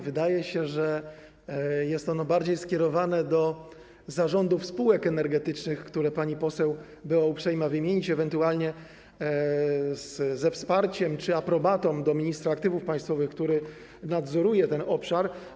Wydaje się, że jest ono bardziej skierowane do zarządów spółek energetycznych, które pani poseł była uprzejma wymienić, ewentualnie ze wsparciem czy aprobatą do ministra Aktywów Państwowych, który nadzoruje ten obszar.